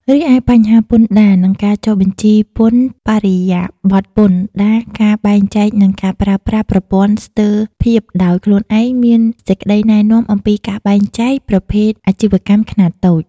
រីឯបញ្ហាពន្ធដារ និងការចុះបញ្ជីពន្ធបរិយាបថពន្ធដារការបែងចែកនិងការប្រើប្រាស់ប្រព័ន្ធស្ទើរភាពដោយខ្លួនឯងមានសេចក្ដីណែនាំអំពីការបែងចែកប្រភេទអាជីវកម្មខ្នាតតូច។